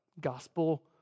gospel